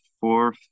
four